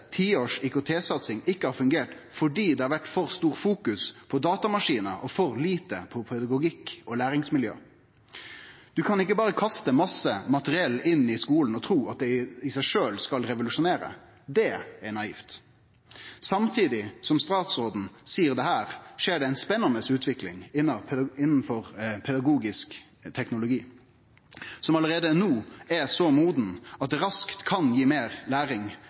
ikkje har fungert fordi det har vore fokusert for mykje på datamaskinar, og for lite på pedagogikk og læringsmiljø. Du kan ikkje berre kaste masse materiell inn i skulen og tru at det i seg sjølv skal revolusjonere. Det er naivt. Samtidig som statsråden seier dette, skjer det ei spennande utvikling innafor pedagogisk teknologi som alt no er så moden at det raskt kan gje meir læring